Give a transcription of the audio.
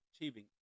achieving